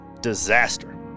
Disaster